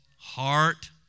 Heart